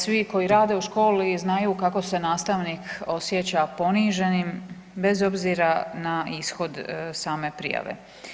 Svi koji rade u školi znaju kako se nastavnik osjeća poniženim, bez obzira na ishod same prijave.